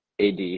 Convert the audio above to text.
AD